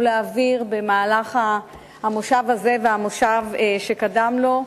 להעביר במהלך המושב הזה והמושב שקדם לו,